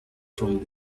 from